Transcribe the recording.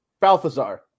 Balthazar